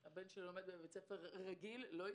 הבן שלי לומד בבית ספר רגיל, לא ייחודי,